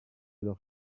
leurs